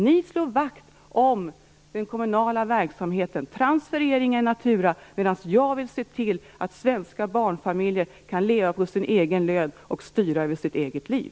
Ni slår vakt om den kommunala verksamheten, transfereringar in natura, medan jag se till att svenska barnfamiljer kan leva på sin egen lön och styra över sitt eget liv.